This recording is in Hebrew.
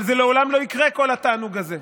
אבל זה לעולם לא יקרה, כל התענוג הזה,